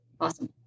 Awesome